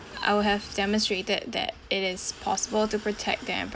I would have demonstrated that it is possible to protect the